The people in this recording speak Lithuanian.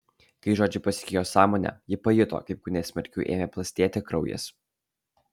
kai žodžiai pasiekė jos sąmonę ji pajuto kaip kūne smarkiau ėmė plastėti kraujas